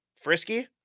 frisky